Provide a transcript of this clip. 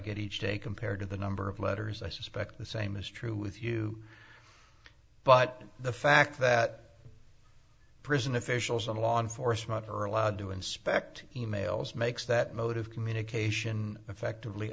get each day compared to the number of letters i suspect the same is true with you but the fact that prison officials and law enforcement are allowed to inspect e mails makes that mode of communication effectively